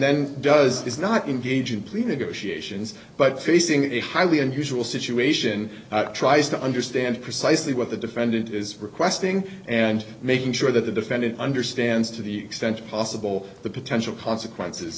then does does not engage in plea negotiations but facing a highly unusual situation tries to understand precisely what the defendant is requesting and making sure that the defendant understands to the extent possible the potential consequences